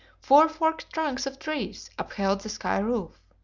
four forked trunks of trees upheld the sky roof.